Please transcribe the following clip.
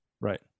Right